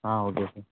ah okay sir